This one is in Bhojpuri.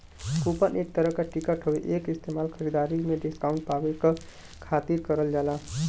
कूपन एक तरह क टिकट हउवे एक इस्तेमाल खरीदारी में डिस्काउंट पावे क खातिर करल जाला